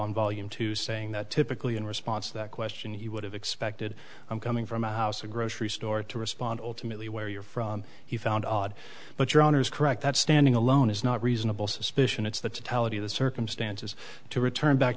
on volume two saying that typically in response to that question he would have expected i'm coming from a house a grocery store to respond alternately where you're from he found odd but your honor is correct that standing alone is not reasonable suspicion it's the taliban the circumstances to return back